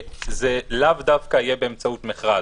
זה לאו דווקא יהיה באמצעות מכרז.